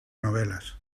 novelas